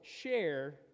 share